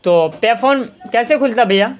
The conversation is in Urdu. تو پے فون کیسے کھلتا ہے بھیا